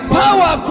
power